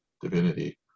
divinity